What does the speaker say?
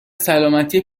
سلامتی